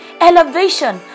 Elevation